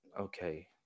Okay